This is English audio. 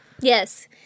Yes